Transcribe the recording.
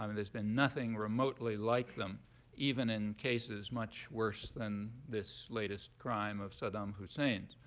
um there's been nothing remotely like them even in cases much worse than this latest crime of saddam hussein's.